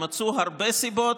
יימצאו הרבה סיבות,